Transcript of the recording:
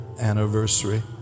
anniversary